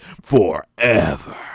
forever